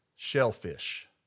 shellfish